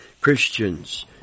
Christians